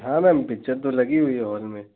हाँ ma'am picture तो लगी हुई है हॉल में